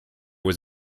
was